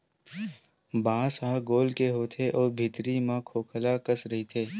बांस ह गोल के होथे अउ भीतरी ह खोखला कस रहिथे